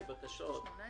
יש לי שתי בקשות: האחת,